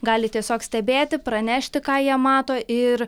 gali tiesiog stebėti pranešti ką jie mato ir